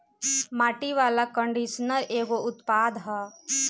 माटी वाला कंडीशनर एगो उत्पाद ह